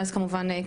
ואז כמובן,